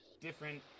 Different